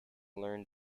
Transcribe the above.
learn